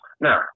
Now